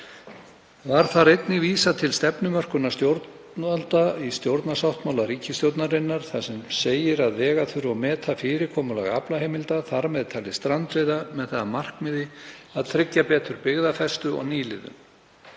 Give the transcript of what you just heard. Var þar einnig vísað til stefnumörkunar stjórnvalda í stjórnarsáttmála ríkisstjórnarinnar þar sem segir að vega þurfi og meta fyrirkomulag aflaheimilda, þar með talið strandveiða með það að markmiði að tryggja betur byggðafestu og nýliðun.